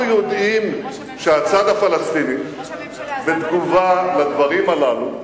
אנחנו יודעים שהצד הפלסטיני בתגובה לדברים הללו,